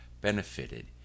benefited